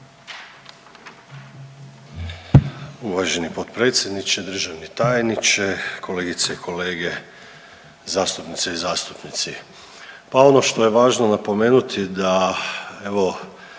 Uvaženi potpredsjedniče, državni tajniče, kolegice i kolege zastupnice i zastupnici. Pa ono što je važno napomenuti da evo,